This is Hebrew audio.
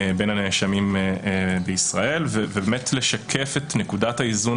בין הנאשמים בישראל ולשקף את נקודת האיזון